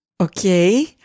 Okay